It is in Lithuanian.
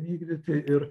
vykdyti ir